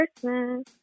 Christmas